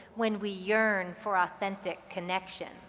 when we yearn for authentic connection.